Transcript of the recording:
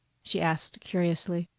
she asked curiously.